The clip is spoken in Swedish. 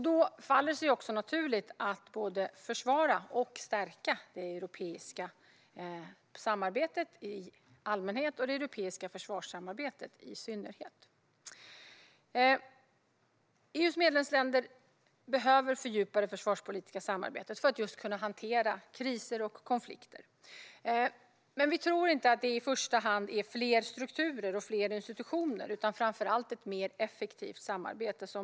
Då faller det sig naturligt att både försvara och stärka det europeiska samarbetet i allmänhet och det europeiska försvarssamarbetet i synnerhet. EU:s medlemsländer behöver fördjupa det försvarspolitiska samarbetet för att kunna hantera kriser och konflikter. Men vi tror inte att det i första hand är fler strukturer och institutioner som behövs utan framför allt ett mer effektivt samarbete.